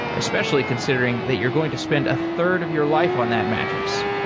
especially considering that you're going to spend a third of your life on that mattress.